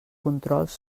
controls